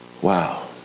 Wow